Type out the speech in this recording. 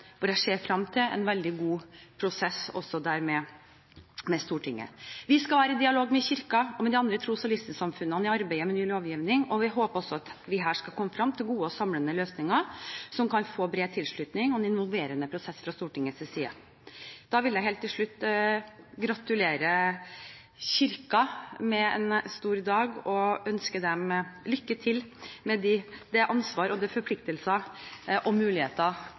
hvor jeg også ser frem til en veldig god prosess med Stortinget. Vi skal være i dialog med Kirken og med de andre tros- og livssynssamfunnene i arbeidet med ny lovgivning, og vi håper at vi også her skal komme frem til gode og samlende løsninger som kan få bred tilslutning og en involverende prosess fra Stortingets side. Jeg vil helt til slutt gratulere Kirken med en stor dag og ønske dem lykke til med det ansvaret, de forpliktelsene og de mulighetene det innebærer å bli et eget rettssubjekt! Det